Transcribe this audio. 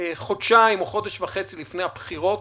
חודשיים או חודש וחצי לפני הבחירות.